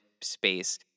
space